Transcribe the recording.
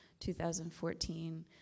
2014